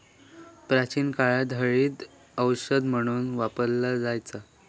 प्राचीन काळात हळदीक औषध म्हणून वापरला जायचा